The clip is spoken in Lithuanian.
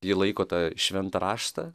ji laiko tą šventą raštą